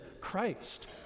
Christ